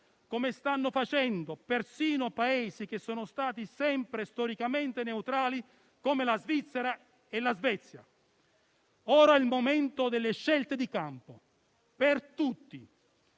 come stanno facendo persino Paesi che sono stati sempre storicamente neutrali come la Svizzera e la Svezia. Ora è il momento delle scelte di campo per tutti.